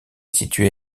situé